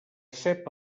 cep